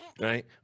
right